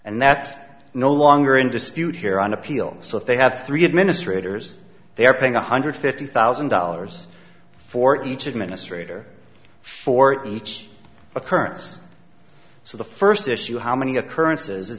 and that's no longer in dispute here on appeal so if they have three administrators they are paying one hundred fifty thousand dollars for each administrator for each occurrence so the first issue how many occurrences